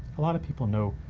a lot of people know,